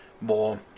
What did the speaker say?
more